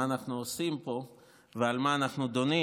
אנחנו עושים פה ועל מה אנחנו דנים,